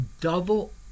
double